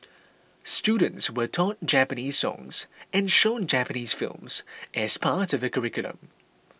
students were taught Japanese songs and shown Japanese films as part of the curriculum